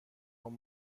اون